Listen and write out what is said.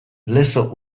lezo